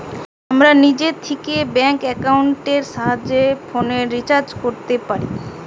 আমরা নিজে থিকে ব্যাঙ্ক একাউন্টের সাহায্যে ফোনের রিচার্জ কোরতে পারি